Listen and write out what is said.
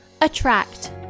Attract